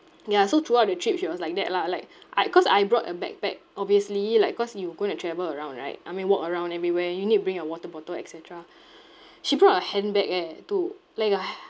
ya so throughout the trip she was like that lah like I cause I brought a backpack obviously like cause you were going to travel around right I mean walk around everywhere you need to bring your water bottle etcetera she brought a handbag eh to like a handbag